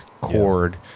cord